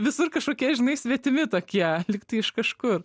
visur kažkokie žinai svetimi tokie lyg tai iš kažkur